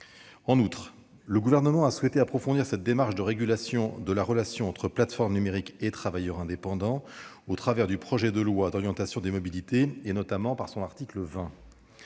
En outre, le Gouvernement a souhaité approfondir cette démarche de régulation de la relation entre plateformes numériques et travailleurs indépendants au travers du projet de loi d'orientation des mobilités, notamment à l'article 20